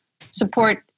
support